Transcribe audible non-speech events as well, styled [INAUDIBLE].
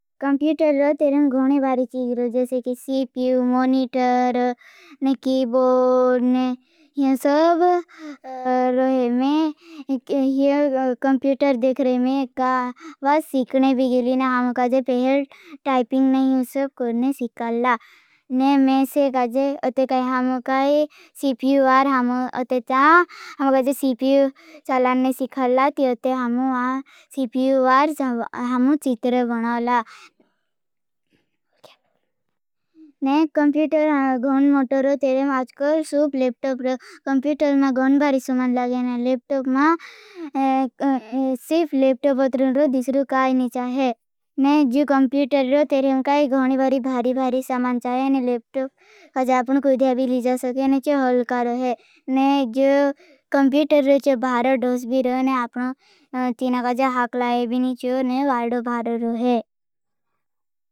कम्प्यूटर लो तेरें गहने बारी चीज़रों। जैसे की सीप्यू, मोनीटर, ने कीबोर, ने यहां सब रोहे में। कम्प्यूटर देख रहे में [HESITATION] कावा सीखने भी गईली। ना हमकाजे पहल टाइपिंग ने यहां सब करने सीखाला। ने में से काजे अते काई हमों काई सीप्यू वार हमों। अते चाँ हमों काई सीप्यू चालाने सीखाला। ती अते हमों आं सीप्यू वार हमों चीज़रों बनाओला। ने कम्पीटर गोन मोटरों तेरेम। आजकल सूप लेप्टप रों कम्पीटर मां गोन भारी सुमान लागेना। लेप्टप मां सूप लेप्टप अतरों रों दिशरों काई नी चाहे। ने जो कम्पीटर रों तेरेम काई गोन भारी भारी सामान चाहे। ने लेप्टप आज आपने कुछ दिया। भी ली जा सके ने चो हल का रो है। ने जो कम्पीटर रों चो भारों डोस भी रों ने। आपने तीना गाज़ा हाक लाये भी नी चो ने वादो भारों रों है।